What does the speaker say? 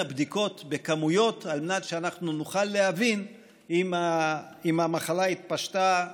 בדיקות בכמויות על מנת שאנחנו נוכל להבין אם המחלה התפשטה,